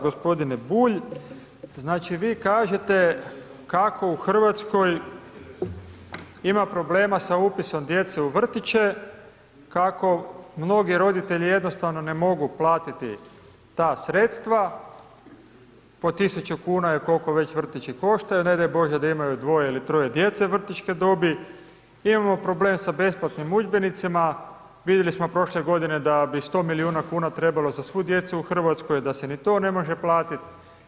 Gospodine Bulj, znači vi kažete kako u Hrvatskoj ima problema sa upisom djece u vrtiće, kako mnogi roditelji jednostavno ne mogu platiti ta sredstva, po 1000 kuna je koliko već vrtići koštaju, ne daj Bože da imaju dvoje ili troje djece vrtićke dobi, imamo problem sa besplatnim udžbenicima, vidjeli smo prošle godine da bi 100 milijuna kuna trebalo za svu djecu u Hrvatskoj, da se ni to ne može platiti.